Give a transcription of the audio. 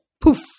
poof